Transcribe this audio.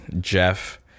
Jeff